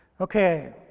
Okay